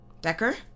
Decker